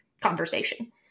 conversation